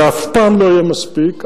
זה אף פעם לא יהיה מספיק,